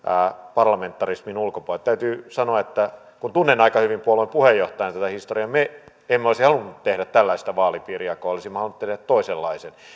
parlamentarismin ulkopuolella täytyy sanoa kun tunnen aika hyvin puolueen puheenjohtajana tätä historiaa että me emme olisi halunneet tehdä tällaista vaalipiirijakoa olisimme halunneet tehdä toisenlaisen